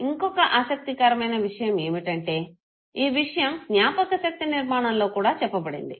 ఇంకొక ఆసక్తికరమైన విషయం ఏమిటంటే ఈ విషయం జ్ఞాపకశక్తి నిర్మాణంలో కూడా చెప్పబడింది